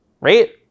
Right